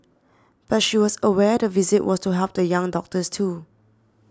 but she was aware the visit was to help the young doctors too